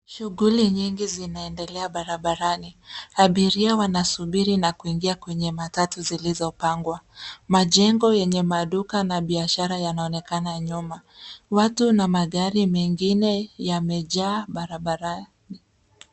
Shughuli nyingi zinaendelea barabarani. Abiria wanasubiri na kuingia kwenye matatu zilizopangwa. Majengo yenye maduka na biashara yanaonekana nyuma. Watu na magari mengine yamejaa barabarani.